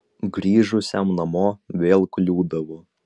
grįžusiam namo vėl kliūdavo